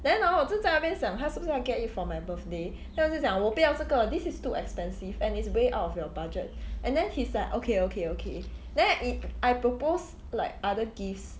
then orh 我就在那边想他是不是要 get it for my birthday then 我就讲我不要这个 this is too expensive and it's way out of your budget and then he's like okay okay okay then if I propose like other gifts